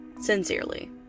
Sincerely